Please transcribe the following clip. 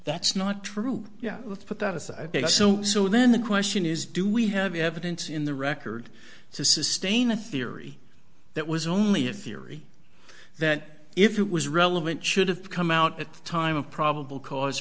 that's not true yeah let's put that aside big so so then the question is do we have evidence in the record to sustain a theory that was only a theory that if it was relevant should have come out at the time of probable cause